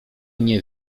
nie